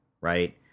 right